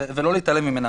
ולא להתעלם.